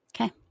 Okay